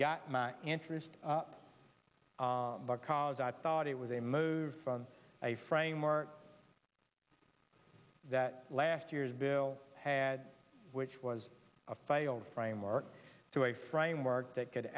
got my interest because i thought it was a move on a framework that last year's bill had which was a failed framework to a framework that could